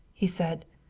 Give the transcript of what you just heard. he said.